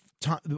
time